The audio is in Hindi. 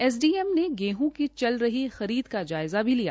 एस डी एम ने गेहं की चल रही खरीद का जायज़ा भी लिया